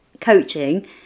coaching